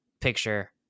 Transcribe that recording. picture